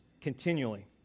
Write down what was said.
continually